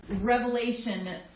Revelation